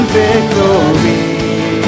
victory